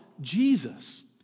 Jesus